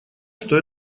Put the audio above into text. что